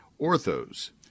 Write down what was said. Ortho's